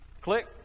Click